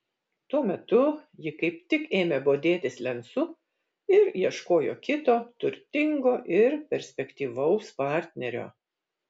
tuo metu ji kaip tik ėmė bodėtis lencu ir ieškojo kito turtingo ir perspektyvaus partnerio